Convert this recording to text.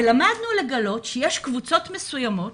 למדנו לגלות שיש קבוצות מסוימות